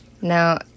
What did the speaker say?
Now